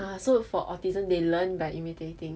ah so for autism they learn by imitating